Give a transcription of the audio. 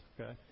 Okay